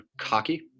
cocky